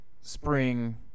spring